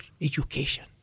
education